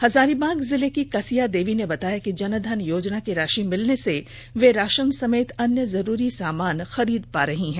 हजारीबाग जिले की कसिया देवी ने बताया कि जनधन योजना की राषि मिलने से वे राषन समेत अन्य जरूरी सामान खरीद पा रही हैं